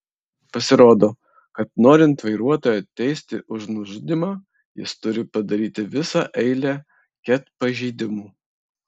pasirodo kad norint vairuotoją teisti už nužudymą jis turi padaryti visą eilę ket pažeidimų